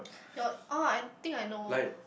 your orh I think I know